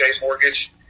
mortgage